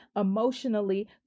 emotionally